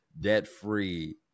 debt-free